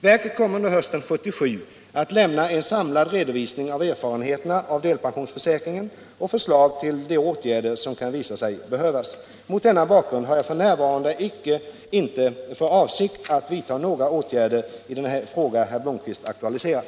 Verket kommer under hösten 1977 att lämna en samlad redovisning av erfarenheterna av delpensionsförsäkringen och förslag till de åtgärder som kan visa sig behövas. Mot denna bakgrund har jag f. n. inte för avsikt att vidta några åtgärder i den fråga herr Blomkvist aktualiserat.